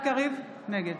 נגד